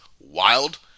Wild